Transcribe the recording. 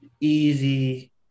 Easy